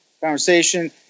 conversation